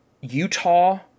Utah